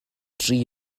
dri